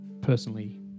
personally